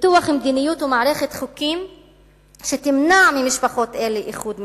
פיתוח מדיניות ומערכת חוקים שתמנע ממשפחות אלה איחוד מחדש,